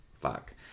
fuck